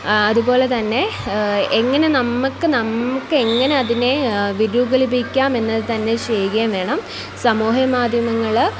അതുപോലെ തന്നെ എങ്ങനെ നമ്മൾക്ക് നമുക്ക് എങ്ങനെ അതിനെ വിരൂപിലിപ്പിക്കാമെന്ന് തന്നെ ചെയ്യുകയും വേണം സമൂഹ മാധ്യമങ്ങൾ